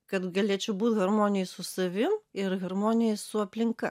kad galėčiau būt harmonijoj su savim ir harmonijoj su aplinka